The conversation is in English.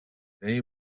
they